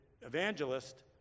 evangelist